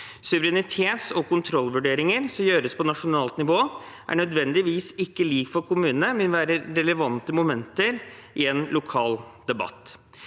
Suverenitets- og kontrollvurderinger som gjøres på nasjonalt nivå, er ikke nødvendigvis like for kommunene, men vil være relevante momenter i en lokal debatt.